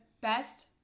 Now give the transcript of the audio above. best